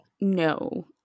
No